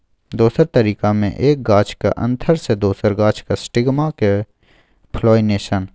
दोसर तरीका मे एक गाछक एन्थर सँ दोसर गाछक स्टिगमाक पोलाइनेशन